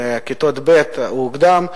בכיתות ב' הוא הוקדם.